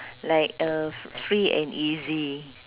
like uh free and easy